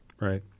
right